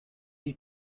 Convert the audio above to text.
you